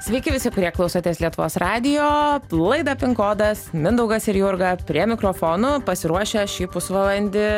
sveiki visi kurie klausotės lietuvos radijo laida pin kodas mindaugas ir jurga prie mikrofono pasiruošę šį pusvalandį